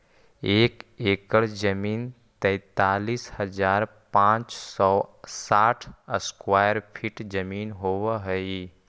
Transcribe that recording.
एक एकड़ जमीन तैंतालीस हजार पांच सौ साठ स्क्वायर फीट जमीन होव हई